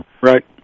Right